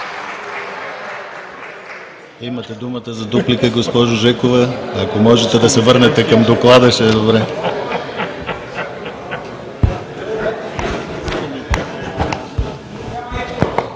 Имате думата за дуплика, госпожо Жекова. Ако можете да се върнете към Доклада, ще е добре.